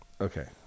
Okay